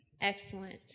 Excellent